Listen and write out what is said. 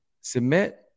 submit